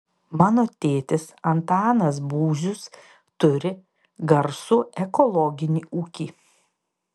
mano tėtis antanas būzius turi garsų ekologinį ūkį